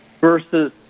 versus